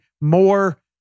more